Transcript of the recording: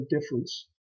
difference